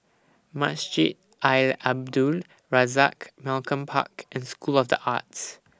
Masjid Al Abdul Razak Malcolm Park and School of The Arts